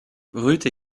brute